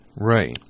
Right